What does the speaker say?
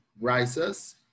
Rises